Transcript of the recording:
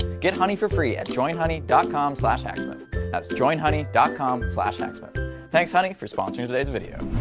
get honey for free at joinhoney dot com slash hacksmith that's joinhoney dot com slash hacksmith thanks honey for sponsoring today's video.